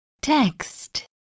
Text